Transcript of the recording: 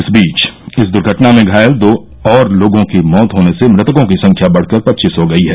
इस बीच इस दर्घटना में घायल दो और लोगों की मौत होने से मृतकों की संख्या बढकर पच्चीस हो गई है